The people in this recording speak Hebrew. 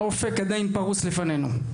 האופק עדיין פרוס לפנינו,